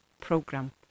program